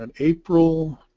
and april